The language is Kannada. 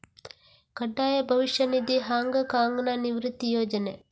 ಕಡ್ಡಾಯ ಭವಿಷ್ಯ ನಿಧಿ, ಹಾಂಗ್ ಕಾಂಗ್ನ ನಿವೃತ್ತಿ ಯೋಜನೆ